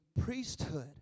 priesthood